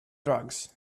drugs